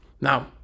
Now